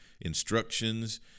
instructions